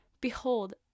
Behold